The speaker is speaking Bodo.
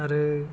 आरो